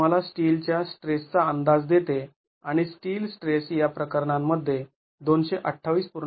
हे आम्हाला स्टीलच्या स्ट्रेसचा अंदाज देते आणि स्टील स्ट्रेस या प्रकरणांमध्ये २२८